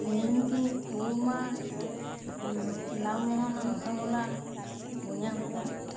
নিমকী khurma lalmohan rasgulla bunia ভুজিয়া